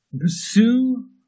Pursue